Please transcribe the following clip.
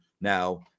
now